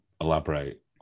elaborate